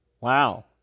Wow